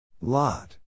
Lot